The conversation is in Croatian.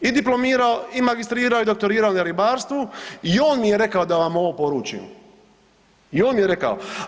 I diplomirao i magistrirao i doktorirao na ribarstvu i on mi je rekao da vam ovo poručim, i on mi je rekao.